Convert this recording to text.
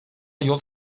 yolu